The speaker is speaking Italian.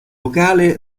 locale